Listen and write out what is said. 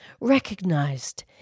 recognized